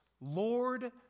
Lord